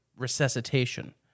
resuscitation